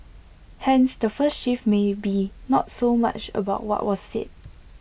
hence the first shift may be not so much about what was said